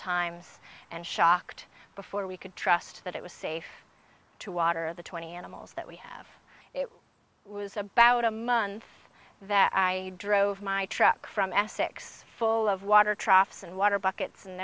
times and shocked before we could trust that it was safe to water the twenty animals that we have it was about a month that i drove my truck from essex full of water troughs and water buckets and